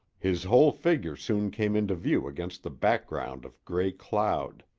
his whole figure soon came into view against the background of gray cloud.